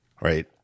right